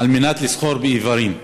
על מנת לסחור באיברים.